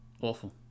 awful